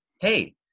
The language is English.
hey